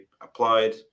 applied